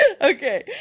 Okay